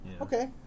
Okay